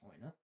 pointer